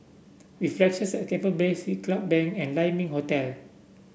Reflections at Keppel Bay Siglap Bank and Lai Ming Hotel